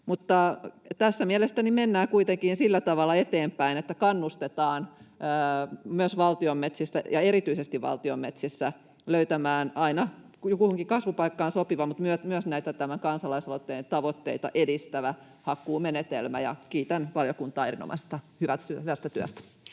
Tässä mielestäni mennään kuitenkin sillä tavalla eteenpäin, että kannustetaan myös valtion metsissä, ja erityisesti valtion metsissä, löytämään aina kuhunkin kasvupaikkaan sopiva mutta myös näitä tämän kansalaisaloitteen tavoitteita edistävä hakkuumenetelmä, ja kiitän valiokuntaa erinomaisen hyvästä työstä.